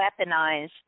weaponized